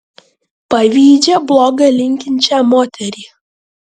pavydžią bloga linkinčią moterį